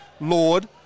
Lord